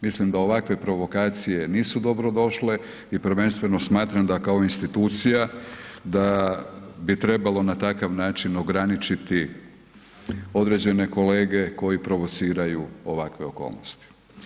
Mislim da ovakve provokacije nisu dobrodošle i prvenstveno smatram da kao institucija da bi trebalo na takav način ograničiti određene kolege koji provociraju ovakve okolnosti.